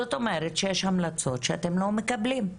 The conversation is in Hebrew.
זאת אומרת שיש המלצות שאתם לא מקבלים.